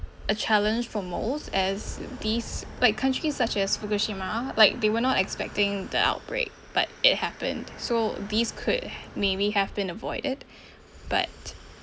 a challenge for most as these like countries such as fukushima like they were not expecting the outbreak but it happened so these could maybe have been avoided but